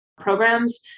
programs